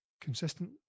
consistent